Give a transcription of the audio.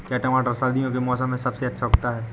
क्या टमाटर सर्दियों के मौसम में सबसे अच्छा उगता है?